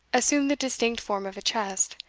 assumed the distinct form of a chest,